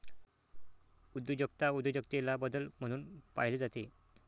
उद्योजकता उद्योजकतेला बदल म्हणून पाहिले जाते